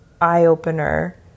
eye-opener